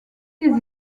des